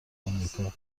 امریکا